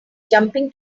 jumping